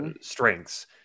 Strengths